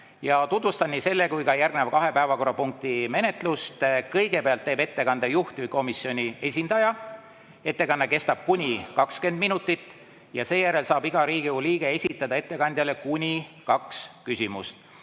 Tutvustan nii selle kui ka järgneva kahe päevakorrapunkti menetlust. Kõigepealt teeb ettekande juhtivkomisjoni esindaja, ettekanne kestab kuni 20 minutit ja seejärel saab iga Riigikogu liige esitada ettekandjale kuni kaks küsimust.